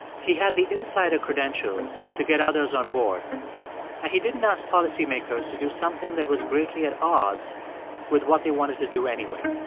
he had the insider credentials to get others on board. and he didn't ask policymakers to do something that was greatly at odds with what they wanted to do anyway.